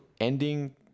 ending